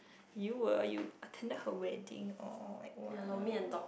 you were you attended her wedding all the while